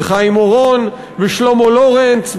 וחיים אורון ושלמה לורינץ,